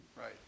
Right